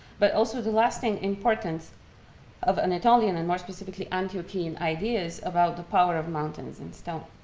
but also the lasting importance of anatolian, and more specifically, antiochian ideas about the power of mountains and stone.